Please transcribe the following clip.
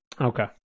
okay